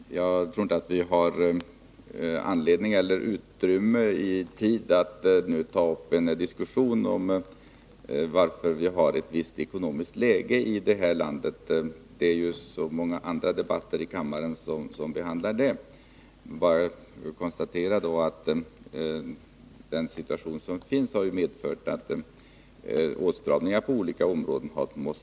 Herr talman! Jag tror inte att vi har vare sig tid eller anledning att nu ta upp en diskussion om orsakerna till det ekonomiska läge som råder i vårt land. Den frågan behandlas ju i många andra debatter i kammaren. Jag vill bara konstatera att den situation som föreligger har medfört att åtstramningar har måst vidtas på olika områden.